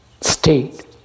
state